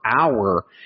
hour